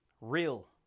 real